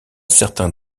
certain